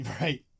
Right